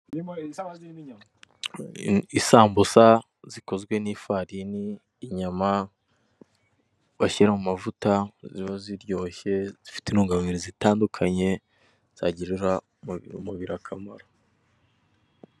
Ibi ni ibi nyobwa by'abana bifunikishije umufuniko, ibara ry'umuhondo biri mu icupa rizamuye, harihoamagambo y'umukara.